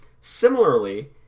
similarly